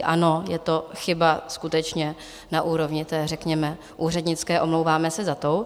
Ano, je to chyba skutečně na úrovni té, řekněme, úřednické, omlouváme se za to.